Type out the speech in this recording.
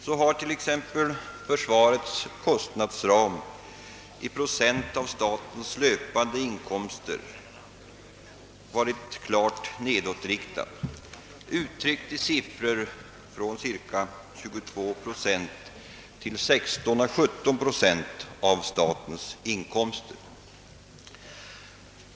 Så har t.ex. försvarets kostnadsram i procent av statens löpande inkomster varit klart nedåtgående, uttryckt i siffror från cirka 22 procent till 16 å 17 procent av statens inkomster.